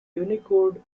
unicode